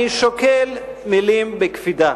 אני שוקל מלים בקפידה.